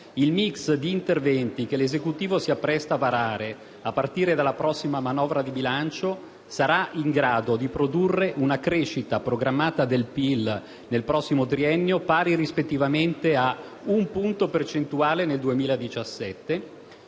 il mix di interventi che l'Esecutivo si appresta a varare a partire dalla prossima manovra di bilancio sarà in grado di produrre una crescita programmata del PIL nel prossimo triennio pari rispettivamente a 1 punto percentuale nel 2017